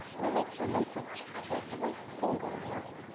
and it makes her late for chapel every single morning.